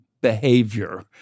behavior